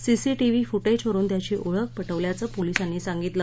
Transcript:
CCTV फुटेजवरुन त्याची ओळख पटवल्याचं पोलीसांनी सांगितलं